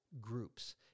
groups